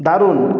দারুণ